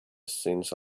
since